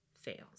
fails